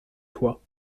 toi